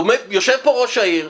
יושב פה ראש העיר,